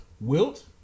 Wilt